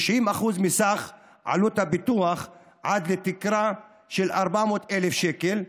90% מסך עלות הפיתוח עד לתקרה של 400,000 שקל,